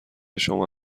شما